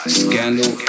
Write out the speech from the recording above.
scandal